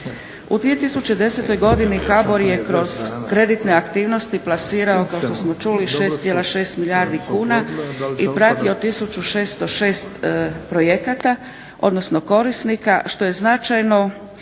U 2010. godini HBOR je kroz kreditne aktivnosti plasirao kao što smo čuli 6,6 milijardi kuna i pratio 1606 projekata, odnosno korisnika što je značajno